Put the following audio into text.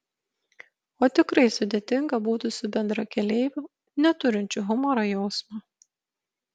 o tikrai sudėtinga būtų su bendrakeleiviu neturinčiu humoro jausmo